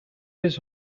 his